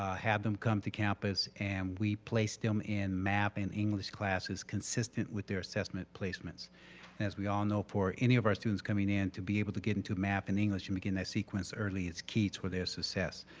ah have them come to campus and we placed them in math and english classes consistent with their assessment placements, and as we all know for any of our students coming in to be able to get into math and english, we begin the sequence early as key toward their success.